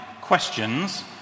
questions